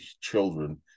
children